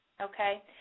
Okay